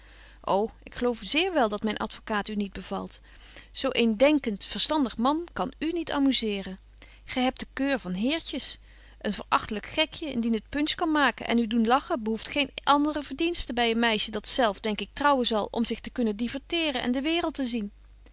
ô ik geloof zéér wél dat myn advocaat u niet bevalt zo een denkent verstandig man kan u niet amuseeren gy hebt de keur van heertjes een verächtlyk gekje indien het punch kan maken en u doen lachen behoeft geene andere verdiensten by een meisje dat betje wolff en aagje deken historie van mejuffrouw sara burgerhart zelf denk ik trouwen zal om zich te kunnen diverteeren en de waereld te zien